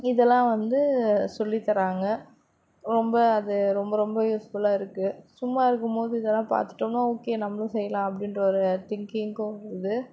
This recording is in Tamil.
இதல்லாம் வந்து சொல்லித் தராங்க ரொம்ப அது ரொம்ப ரொம்ப யூஸ்ஃபுல்லா இருக்கு சும்மா இருக்கும்போது இதெல்லாம் பாத்துட்டோம்னா ஓகே நம்மளும் செய்யலாம் அப்படின்ற ஒரு திங்கிங்கும் வருது